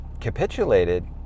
capitulated